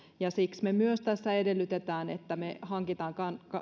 siksi me myös tässä edellytämme että me hankimme